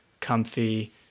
comfy